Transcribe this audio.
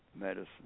medicine